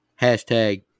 Hashtag